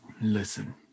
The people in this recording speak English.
Listen